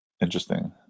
Interesting